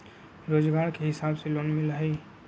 रोजगार के हिसाब से लोन मिलहई?